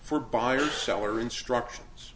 for buyer seller instructions